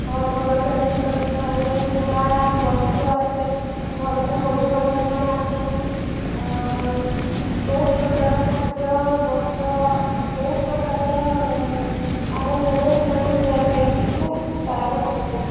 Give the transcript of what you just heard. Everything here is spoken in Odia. ଘର ଦ୍ୱାରା ଲିପା ପୋଛା ହୁଏ ନୂଆ ବସ୍ତ୍ର ଆସେ ଘରକୁ ବନ୍ଧୁବାନ୍ଧବମାନେ ଆସନ୍ତି ବହୁତ ପ୍ରକାର ଖାଦ୍ୟ ବସ୍ତ୍ର ବହୁତ ପ୍ରକାରର ଆଡ଼ମ୍ବରରେ ସେମାନେ ନୂଆଖାଇଟିକୁ ପାଳନ କରନ୍ତି